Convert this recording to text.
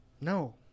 no